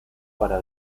para